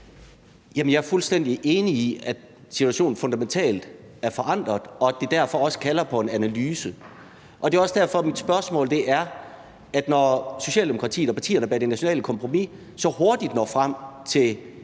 jeg er fuldstændig enig i, at situationen fundamentalt er forandret, og at det derfor også kalder på en analyse. Det er også derfor, at jeg har et spørgsmål. Når Socialdemokratiet og partierne bag det nationale kompromis så hurtigt når frem til